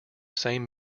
same